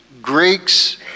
Greeks